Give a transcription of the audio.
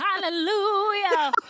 Hallelujah